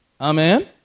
Amen